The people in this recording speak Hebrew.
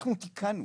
אנחנו תיקנו,